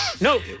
No